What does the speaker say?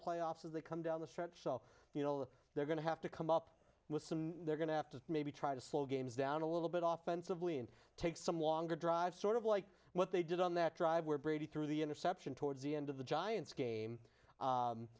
playoffs as they come down the stretch so you know they're going to have to come up with some they're going to have to maybe try to slow games down a little bit often civilly and take some longer drive sort of like what they did on that drive where brady threw the interception towards the end of the giants game